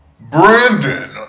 Brandon